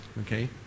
okay